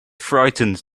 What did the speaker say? frightened